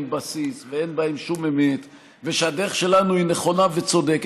בסיס ואין בהם שום אמת ושהדרך שלנו היא נכונה וצודקת,